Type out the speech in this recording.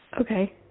Okay